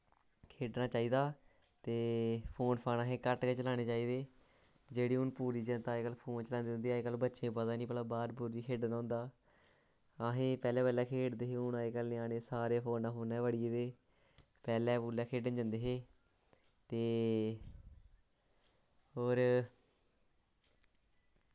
खेढना चाहिदा ते फोन फान असें घट्ट गै चलाना चाहिदे जेह्ड़ी हून पूरी जनता अजकल्ल फोन चलांदी रौंह्दी अजकल्ल बच्चें गी पता निं भला बाह्र बूह्र बी खेढना होंदा अस पैह्लें पैह्लें खेढदे हे हून अजकल्ल ञ्यानें सारे फोनै च बडी गेदे पैह्लें पूह्लें खेढन जंंदे हे ते होर